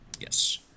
Yes